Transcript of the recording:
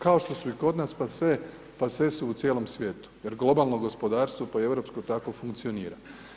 Kao što su i kod nas passe, passe su u cijelom svijetu jer globalno gospodarstvo po europsko tako funkcionira.